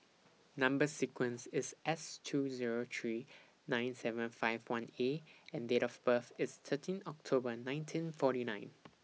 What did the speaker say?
Number sequence IS S two Zero three nine seven five one A and Date of birth IS thirteen October nineteen forty nine